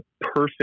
perfect